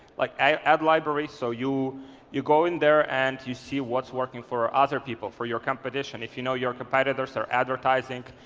like add library. so you you go in there and you see what's working for other people for your competition. if you know your competitors are advertising,